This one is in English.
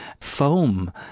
foam